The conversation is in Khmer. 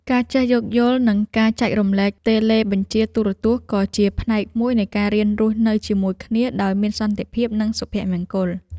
ការចេះយោគយល់និងការចែករំលែកតេឡេបញ្ជាទូរទស្សន៍ក៏ជាផ្នែកមួយនៃការរៀនរស់នៅជាមួយគ្នាដោយមានសន្តិភាពនិងសុភមង្គល។